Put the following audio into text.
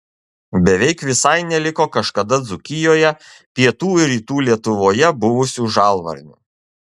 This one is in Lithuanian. beveik visai neliko kažkada dzūkijoje pietų ir rytų lietuvoje buvusių žalvarnių